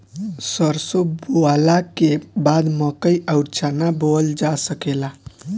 सरसों बोअला के बाद मकई अउर चना बोअल जा सकेला